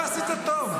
מה עשית טוב?